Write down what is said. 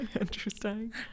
Interesting